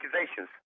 accusations